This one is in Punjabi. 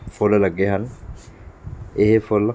ਫੁੱਲ ਲੱਗੇ ਹਨ ਇਹ ਫੁੱਲ